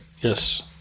yes